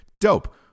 dope